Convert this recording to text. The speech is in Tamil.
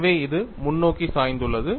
எனவே இது முன்னோக்கி சாய்ந்துள்ளது